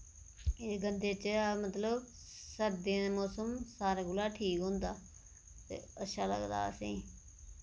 एह् गंदे च ऐ मतलब सर्दियें दा मौसम सारें कोला ठीक होंदा ते अच्छा लगदा असें ई